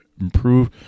improve